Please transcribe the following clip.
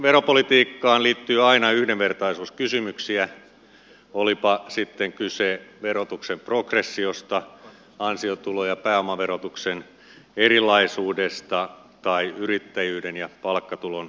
veropolitiikkaan liittyy aina yhdenvertaisuuskysymyksiä olipa sitten kyse verotuksen progressiosta ansiotulo ja pääomaverotuksen erilaisuudesta tai yrittäjyyden ja palkkatulon erilaisuudesta